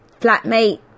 flatmate